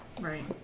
Right